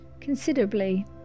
considerably